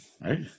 right